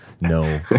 No